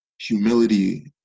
Humility